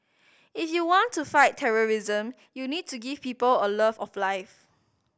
if you want to fight terrorism you need to give people a love of life